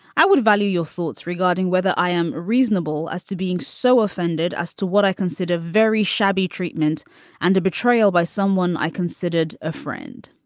i would value your thoughts regarding whether i am reasonable as to being so offended as to what i consider very shabby treatment and a betrayal by someone i considered a friend